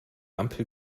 ampel